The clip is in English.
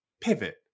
pivot